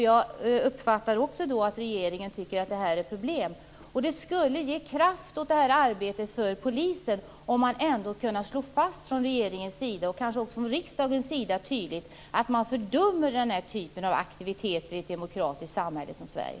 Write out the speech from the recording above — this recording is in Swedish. Jag uppfattar också att regeringen tycker att detta är ett problem. Det skulle ge kraft åt polisens arbete om regeringen och kanske också riksdagen tydligt kunde slå fast att man fördömer den här typen av aktiviteter i ett demokratiskt samhälle som Sverige.